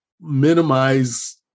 minimize